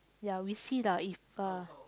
ya we see lah if uh